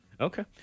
Okay